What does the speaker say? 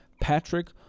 Patrick